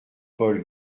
paul